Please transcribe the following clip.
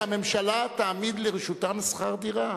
שהממשלה תעמיד לרשותם שכר דירה.